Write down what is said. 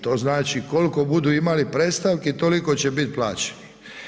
To znači koliko budu imali predstavki toliko će biti plaćeni.